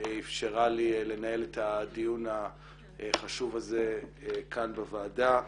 שאפשרה לי לנהל את הדיון החשוב הזה כאן בוועדה.